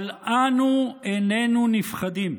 אבל אנו איננו נפחדים.